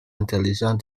intelligents